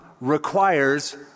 requires